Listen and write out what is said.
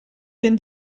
been